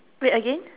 wait again